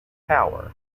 power